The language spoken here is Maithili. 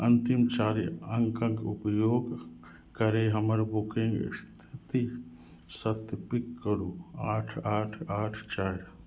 अन्तिम चारि अङ्कक उपयोग करि हमर बुकिंग सत्यापित करू आठ आठ आठ चारि